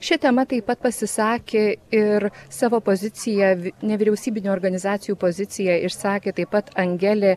šia tema taip pat pasisakė ir savo poziciją vy nevyriausybinių organizacijų poziciją išsakė taip pat angelė